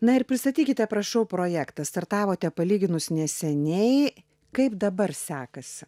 na ir pristatykite prašau projektą startavote palyginus neseniai kaip dabar sekasi